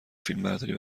فیلمبرداری